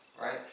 right